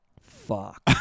Fuck